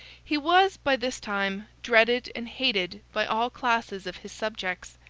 he was, by this time, dreaded and hated by all classes of his subjects.